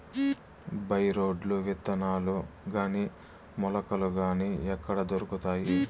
By రోడ్లు విత్తనాలు గాని మొలకలు గాని ఎక్కడ దొరుకుతాయి?